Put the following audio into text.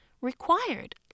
required